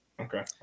Okay